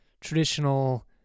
traditional